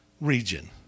region